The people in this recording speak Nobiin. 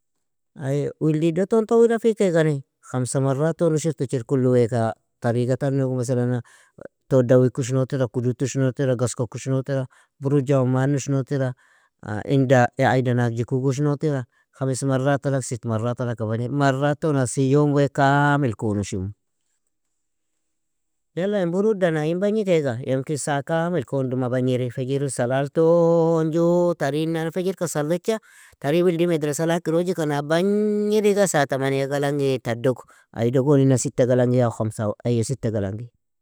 Ay wildi doton tawilafikegane, خمسة maraton ushirtichir, kulu weaka tariga tanogo, masalana tod dawik ushnotira, kuduto ushnotira, gaskok ushnotira, burug ju omann ushnotira, inda aydan agjiku ushnotira, khamis maratalag sit maratalag ka bagnir, maraton asi yom wea kamil kon ushimu, yala in burudan ayin bagnikeaga yemkin saa kamil kon duma bagniri, fajiren salalton ju tarinnan fejirka salecha, tarin wildi medresa lakirojikan, abagniriga saa تمنية galangi tadduku, ay dugon inna ستة galangi ya خمسة eyo ستة galangi.